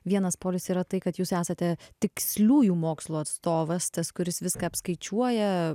vienas polius yra tai kad jūs esate tiksliųjų mokslų atstovas tas kuris viską apskaičiuoja